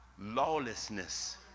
Lawlessness